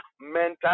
mental